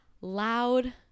loud